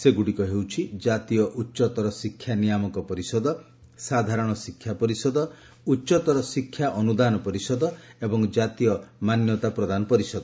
ସେଗୁଡ଼ିକ ହେଉଛି ଜାତୀୟ ଉଚ୍ଚତର ଶିକ୍ଷା ନିୟାମକ ପରିଷଦ ସାଧାରଣ ଶିକ୍ଷା ପରିଷଦ ଉଚ୍ଚତର ଶିକ୍ଷା ଅନୁଦାନ ପରିଷଦ ଏବଂ କାତୀୟ ମାନ୍ୟତା ପ୍ରଦାନ ପରିଷଦ